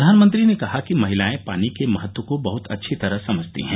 प्रधानमंत्री ने कहा कि महिलाए पानी के महत्व को बहुत अच्छी तरह समझती हैं